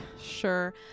sure